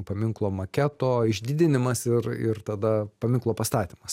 paminklo maketo išdidinimas ir ir tada paminklo pastatymas